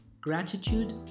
Gratitude